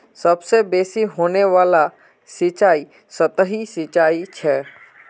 सबसे बेसि होने वाला सिंचाई सतही सिंचाई छ